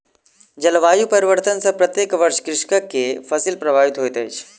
जलवायु परिवर्तन सॅ प्रत्येक वर्ष कृषक के फसिल प्रभावित होइत अछि